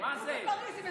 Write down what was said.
חבר הכנסת סעדה.